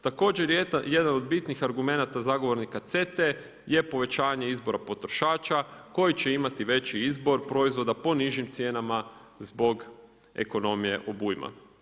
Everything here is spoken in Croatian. Također, jedan od bitnih argumenata zagovornika CETA-e, je povećanje izbora potrošača koji će imati veći izbor proizvoda po nižim cijenama zbog ekonomije obujma.